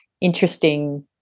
interesting